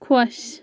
خۄش